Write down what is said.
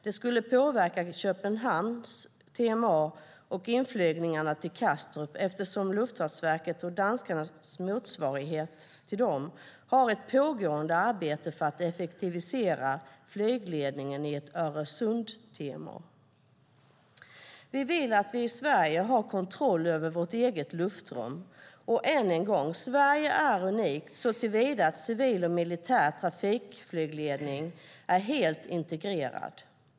Det skulle påverka Köpenhamn-TMA och inflygningarna till Kastrup, eftersom Luftfartsverket och danskarnas motsvarighet har ett pågående arbete för att effektivisera flygledningen i ett Öresund-TMA. Vi vill att vi i Sverige har kontroll över vårt eget luftrum. Än en gång: Sverige är unikt såtillvida att civil och militär flygtrafikledning är helt integrerade.